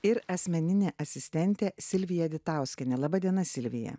ir asmeninė asistentė silvija vitauskienė laba diena silvija